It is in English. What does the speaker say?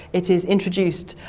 it is introduced,